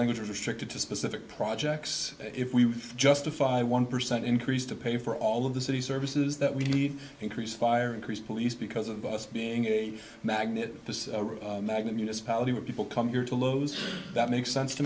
language or the shifted to specific projects if we justify one percent increase to pay for all of the city services that we need increased fire increased police because of us being a magnet magnet municipality where people come here to lowe's that makes sense to